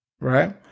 right